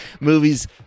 movies